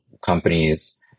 companies